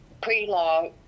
pre-law